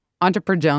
entrepreneur